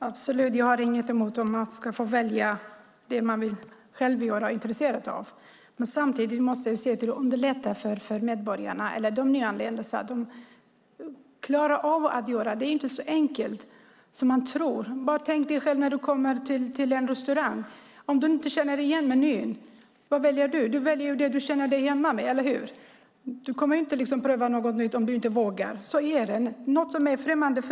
Fru talman! Jag har inget emot att man ska få välja det man själv vill göra och är intresserad av. Men samtidigt måste vi underlätta för de nyanlända så att de klarar av att göra detta. Det är inte så enkelt som man tror. Hur är det när man kommer till en restaurang och inte känner igen menyn? Vad väljer man? Man väljer det man känner sig hemma med. Eller hur? Man kommer inte att pröva något nytt om man inte vågar. Så är det.